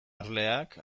erleak